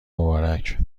مبارک